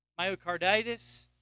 myocarditis